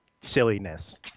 silliness